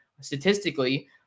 statistically